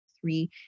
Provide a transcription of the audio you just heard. three